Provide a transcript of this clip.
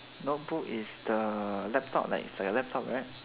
notebook is the like a laptop it's like a laptop right